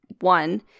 one